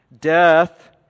death